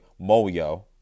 Moyo